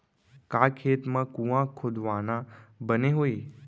का खेत मा कुंआ खोदवाना बने होही?